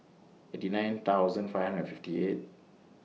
eighty nine thousand five hundred and fifty eight